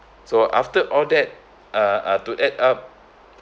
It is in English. so after all that uh uh to add up